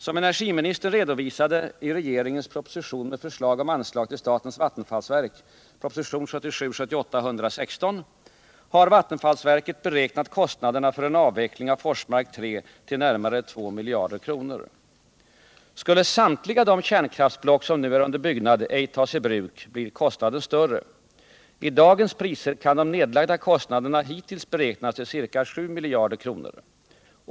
Som energiministern redovisade i regeringens proposition med förslag om anslag till statens vattenfallsverk har vattenfallsverket beräknat kostnaderna för en avveckling av Forsmark 3 till närmare 2 miljarder kr. Skulle samtliga de kärnkraftsblock som nu är under byggnad ej tas i bruk blir kostnaderna större. I dagens priser kan de nedlagda kostnaderna hittills beräknas till ca 7 miljarder kr.